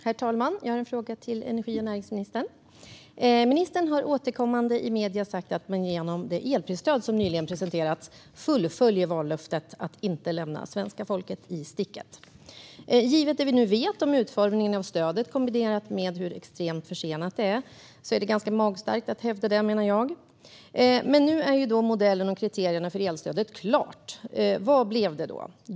Herr talman! Jag har en fråga till energi och näringsministern. Ministern har återkommande i medier sagt att man genom det elprisstöd som nyligen presenterats fullföljer vallöftet att inte lämna svenska folket i sticket. Givet det vi nu vet om utformningen av stödet kombinerat med hur extremt försenat det är menar jag att det är ganska magstarkt att hävda det. Nu är modellen och kriterierna för elprisstödet klara. Vad blev det?